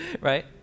right